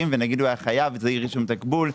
ונגיד הוא היה חייב וזה אי רישום תקבול,